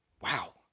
Wow